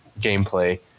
gameplay